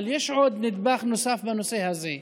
אבל יש עוד נדבך בנושא הזה.